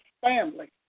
family